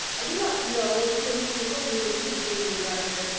i do not know what you and mr. willoughby will do between you about her.